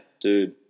dude